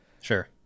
sure